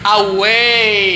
away